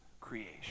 creation